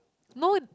no